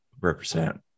represent